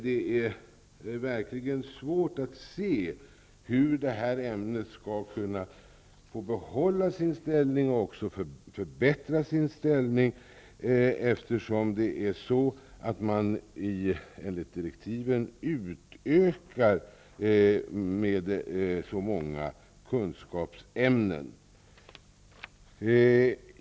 Det är verkligen svårt att se hur det här ämnet skall kunna få behålla sin ställning och även förbättra denna, eftersom man enligt direktiven utökar med väldigt många kunskapsämnen.